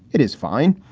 it is fine.